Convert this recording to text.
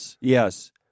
Yes